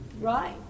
Right